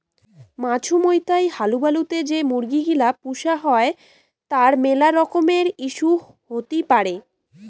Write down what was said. মাছুমৌতাই হালুবালু তে যে মুরগি গিলা পুষা হই তার মেলা রকমের ইস্যু হতি পারে